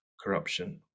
corruption